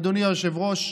אדוני היושב-ראש,